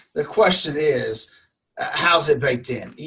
the question is how's it baked in?